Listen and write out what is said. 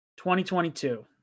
2022